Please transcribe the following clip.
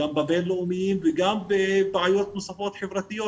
גם בבינלאומיים וגם בבעיות חברתיות